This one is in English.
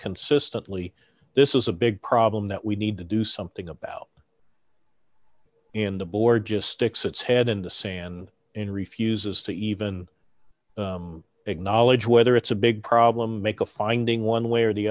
consistently this is a big problem that we need to do something about in the board just sticks its head in the sand and refuses to even acknowledge whether it's a big problem make a finding one way or the